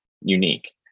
unique